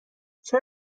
چرا